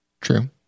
True